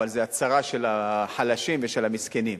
אבל זו הצרה של החלשים ושל המסכנים,